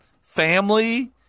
family